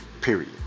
Period